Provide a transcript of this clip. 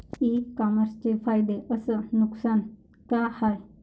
इ कामर्सचे फायदे अस नुकसान का हाये